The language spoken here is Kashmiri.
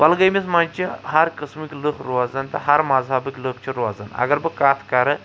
کۅلگٲمِس منٛز چھِ ہرِ قٕسمٕکۍ لُکھ روزان تہٕ ہرِ مذہبٕکۍ لُکھ چھِ روزان اگر بہٕ کتھ کَرِ